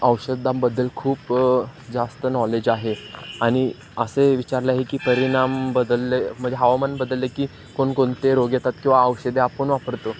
औषधांबद्दल खूप जास्त नॉलेज आहे आणि असे विचारलं आहे की परिणाम बदलले म्हणजे हवामान बदलले की कोणकोणते रोग येतात किंवा औषधे आपण वापरतो